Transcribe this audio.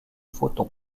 photons